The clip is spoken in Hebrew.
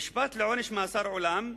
הוא נשפט לעונש מאסר עולם.